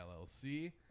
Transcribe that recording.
llc